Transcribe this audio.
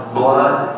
blood